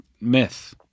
myth